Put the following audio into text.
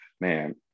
man